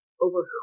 over